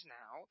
now